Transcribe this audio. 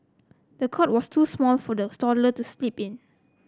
the cot was too small for the toddler to sleep in